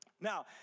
Now